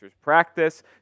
practice